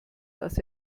dass